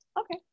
Okay